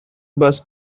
bus